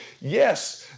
Yes